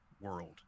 world